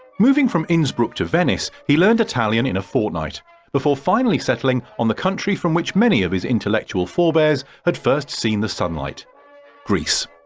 moving from innsbruck to venice he learned italian in a fortnight before finally settling on the country from which many of his intellectual forebears had first seen the sunlight greece.